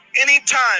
Anytime